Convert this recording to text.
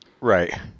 Right